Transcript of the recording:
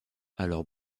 alors